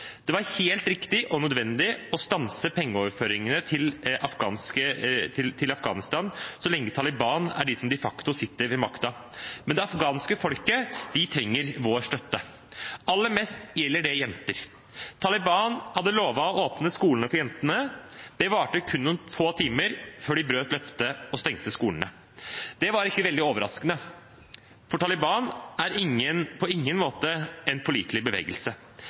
Det var helt riktig og nødvendig å stanse pengeoverføringene til Afghanistan så lenge Taliban er dem som de facto sitter ved makten. Men det afghanske folket trenger vår støtte, aller mest gjelder det jenter. Taliban hadde lovet å åpne skolene for jentene; det varte kun noen få timer før de brøt løftet og stengte skolene. Det var ikke veldig overraskende, for Taliban er på ingen måte en pålitelig bevegelse.